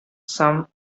some